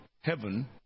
heaven